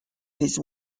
his